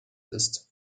ist